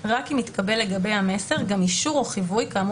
רק אם התקבל לגבי המסר גם אישור או חיווי כאמור